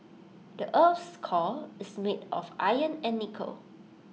the Earth's core is made of iron and nickel